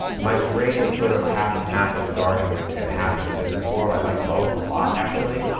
my brain is sort of half and half in the garden and and half in the business world. i like both a lot actually.